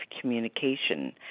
communication